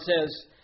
says